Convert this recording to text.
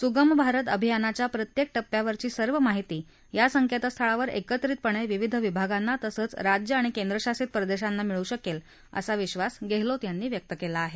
सुगम भारत अभियानाच्या प्रत्येक टप्प्यावरची सर्व माहिती या संकेतस्थळावर एकत्रितपणे विविध विभागांना तसंच राज्यं आणि केंद्रशासित प्रदेशांना मिळू शकेल असा विधास गेहलोत यांनी व्यक्त केला आहे